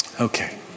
Okay